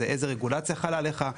זה איזה רגולציה חלה עליך,